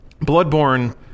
Bloodborne